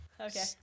Okay